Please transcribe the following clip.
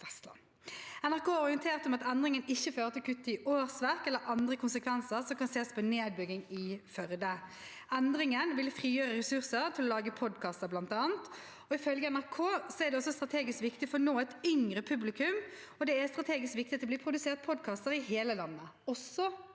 NRK har orientert om at endingen ikke fører til kutt i årsverk eller andre konsekvenser som kan ses på som en nedbygging i Førde. Endringen vil frigjøre ressurser til å lage podkaster, bl.a. Ifølge NRK er det strategisk viktig for å nå et yngre publikum, og det er strategisk viktig at det blir produsert podkaster i hele landet, også på